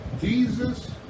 Jesus